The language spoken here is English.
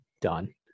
done